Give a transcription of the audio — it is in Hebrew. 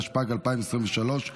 התשפ"ג 2023,